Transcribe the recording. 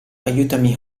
aiutami